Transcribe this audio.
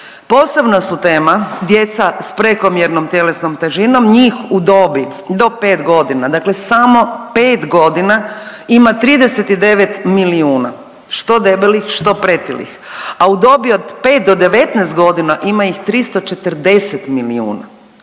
posebna su tema djeca s prekomjernom tjelesnom težinom, njih u dobi do 5.g., dakle samo 5.g. ima 39 milijuna što debelih, što pretilih, a u dobi od 5 do 19.g. ima ih 340 milijuna.